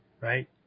right